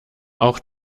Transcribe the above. auch